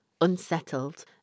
unsettled